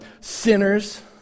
sinners